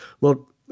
look